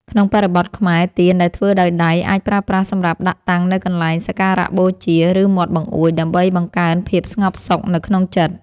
ក្នុងបរិបទខ្មែរ ទៀនដែលធ្វើដោយដៃអាចប្រើប្រាស់សម្រាប់ដាក់តាំងនៅកន្លែងសក្ការបូជា ឬមាត់បង្អួច ដើម្បីបង្កើនភាពស្ងប់សុខនៅក្នុងចិត្ត។